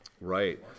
Right